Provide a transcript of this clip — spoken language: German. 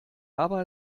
aber